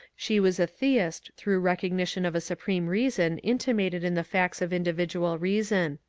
she was a theist through recognition of a supreme reason intimated in the facts of individual reason.